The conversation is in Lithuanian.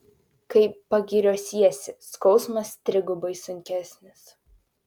kai pagiriosiesi skausmas trigubai sunkesnis